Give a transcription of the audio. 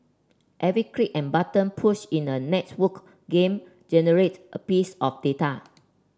every click and button push in a networked game generates a piece of data